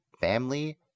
family